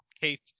Kate